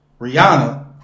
Rihanna